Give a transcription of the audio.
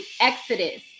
Exodus